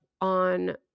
on